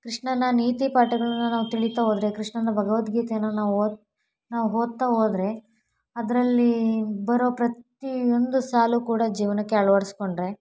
ಕೃಷ್ಣನ ನೀತಿಪಾಠಗಳನ್ನ ನಾವು ತಿಳಿತಾ ಹೋದರೆ ಕೃಷ್ಣನ ಭಗವದ್ಗೀತೆನ ನಾವು ಓದು ನಾವು ಓದ್ತಾ ಹೋದ್ರೆ ಅದರಲ್ಲಿ ಬರೋ ಪ್ರತಿ ಒಂದು ಸಾಲು ಕೂಡ ಜೀವನಕ್ಕೆ ಅಳವಡ್ಸ್ಕೊಂಡ್ರೆ